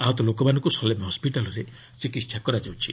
ଆହତ ଲୋକମାନଙ୍କୁ ସଲେମ୍ ହସ୍କିଟାଲ୍ରେ ଚିକିତ୍ସା କରାଯାଉଛି